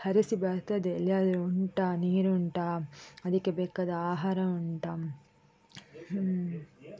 ಅರಸಿ ಬರ್ತದೆ ಎಲ್ಲಿಯಾದ್ರೂ ಉಂಟ ನೀರುಂಟಾ ಅದಕ್ಕೆ ಬೇಕಾದ ಆಹಾರ ಉಂಟಾ